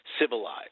civilized